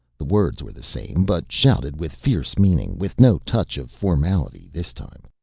the words were the same, but shouted with fierce meaning, with no touch of formality this time.